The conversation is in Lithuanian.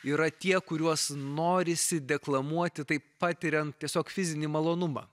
yra tie kuriuos norisi deklamuoti taip patiriant tiesiog fizinį malonumą